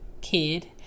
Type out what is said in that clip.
kid